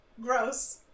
gross